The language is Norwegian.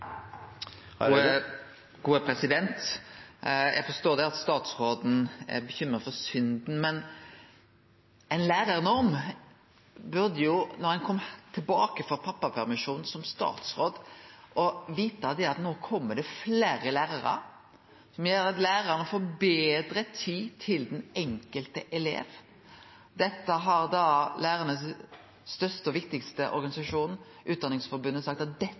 Eg forstår at statsråden er bekymra for synda. Men når ein som statsråd kjem tilbake frå pappapermisjonen, burde ein vite at med ei lærarnorm kjem det fleire lærarar, noko som gjer at lærarane får betre tid til den enkelte eleven. Den største og viktigaste organisasjonen til lærarane, Utdanningsforbundet, har sagt at dette er ønske nummer éin. Dei foreldra som me har spurt om dette, seier at dette